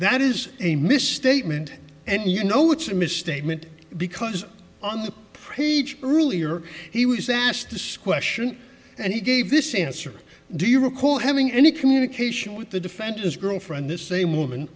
that is a misstatement and you know it's a misstatement because on the preacher earlier he was asked this question and he gave this answer do you recall having any communication with the defense his girlfriend this same woman